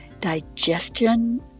digestion